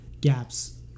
gaps